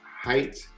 Height